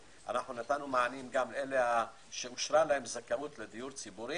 נתנו מענים גם לאלה שאושרה להם זכאות לדיור ציבורי